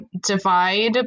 divide